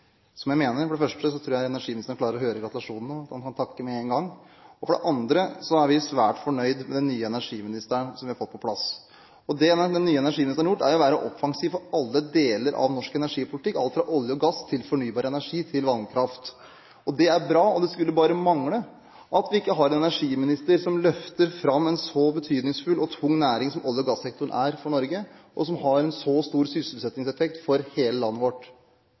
men jeg vil si det jeg mener. For det første tror jeg energiministeren klarer å høre gratulasjonen og kan takke med én gang. For det andre er vi svært fornøyd med den nye energiministeren, som vi har fått på plass. Det den nye energiministeren har gjort, er å være offensiv overfor alle deler av norsk energipolitikk, alt fra olje og gass til fornybar energi til vannkraft. Det er bra. Det skulle bare mangle at vi ikke har en energiminister som løfter fram en så betydningsfull og tung næring som olje- og gassektoren er for Norge, og som har en så stor sysselsettingseffekt for hele landet vårt.